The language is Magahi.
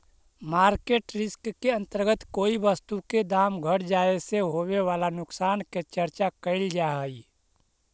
मार्केट रिस्क के अंतर्गत कोई वस्तु के दाम घट जाए से होवे वाला नुकसान के चर्चा कैल जा हई